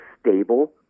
stable